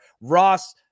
Ross